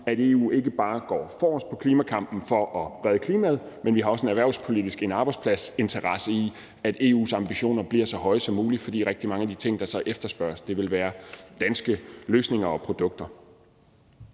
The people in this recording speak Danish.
at EU går forrest i klimakampen for at redde klimaet, men vi har også en erhvervspolitisk interesse i forhold til at skabe arbejdspladser i, at EU's ambitioner bliver så høje som muligt. For rigtig mange af de ting, der så efterspørges, vil være danske løsninger og produkter.